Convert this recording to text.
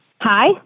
hi